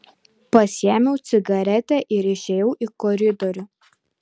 pasiėmiau cigaretę ir išėjau į koridorių